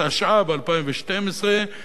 התשע"ב 2012,